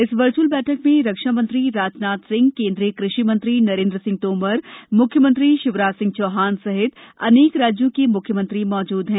इस वर्चुअल बैठक में रक्षा मंत्री राजनाथ सिंह केंद्रीय कृषि मंत्री नरेंद्र सिंह तोमर मुख्यमंत्री शिवराज सिंह चौहान सहित अनेक राज्यों के मुख्यमंत्री मौजूद हैं